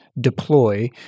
deploy